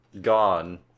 gone